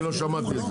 אני לא שמעתי את זה.